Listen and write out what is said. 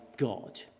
God